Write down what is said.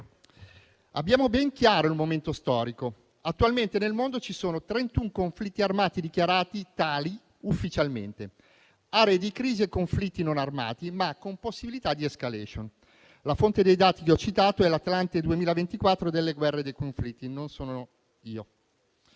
Abbiamo ben chiaro il momento storico. Attualmente nel mondo ci sono 31 conflitti armati dichiarati tali ufficialmente, aree di crisi e conflitti non armati, ma con possibilità di *escalation*. La fonte dei dati che ho citato è l'Atlante delle guerre e dei conflitti del mondo